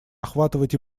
охватывать